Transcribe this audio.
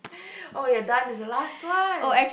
oh we're done it's the last one